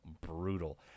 brutal